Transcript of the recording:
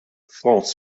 france